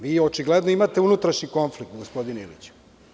Vi očigledno imate unutrašnji konflikt, gospodine Iliću.